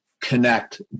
connect